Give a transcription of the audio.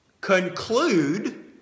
conclude